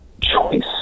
choice